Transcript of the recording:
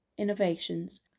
innovations